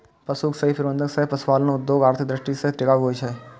पशुक सही प्रबंधन सं पशुपालन उद्योग आर्थिक दृष्टि सं टिकाऊ होइ छै